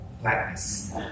blackness